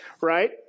right